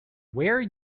where